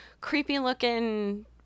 creepy-looking